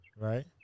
Right